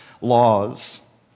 laws